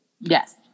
Yes